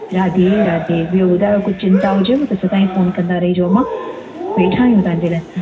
राधे राधे ॿियो ॿुधायो कुझु चिंता हुजेव त सदाई फोन रहिजो अमा वेठा आहियूं तव्हांजे लाइ